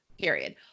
Period